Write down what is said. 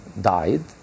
died